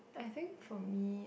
I think for me